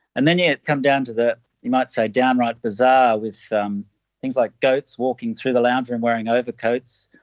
and then you come down to the you might say downright bizarre, with um things like goats walking through the lounge room wearing overcoats.